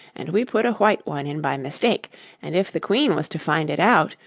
and we put a white one in by mistake and if the queen was to find it out,